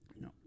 No